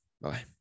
bye